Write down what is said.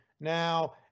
now